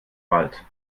wald